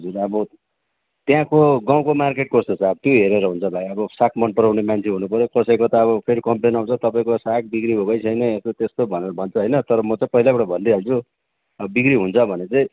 हजुर अब त्यहाँको गाउँको मार्केट कस्तो छ त्यो हेरेर हुन्छ भाइ अब अब साग मन पराउने मान्छे हुनुपऱ्यो कसैको त अब कम्प्लेन आउँछ तपाईँको साग बिक्री भएकै छैन यस्तो त्यस्तो भनेर भन्छ होइन तर म चाहिँ पहिलैबाट भनिदिइहाल्छु अब बिक्री हुन्छ भने चाहिँ